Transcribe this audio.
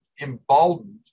emboldened